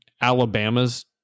Alabama's